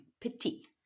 Petit